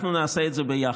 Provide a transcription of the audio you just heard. אנחנו נעשה את זה ביחד.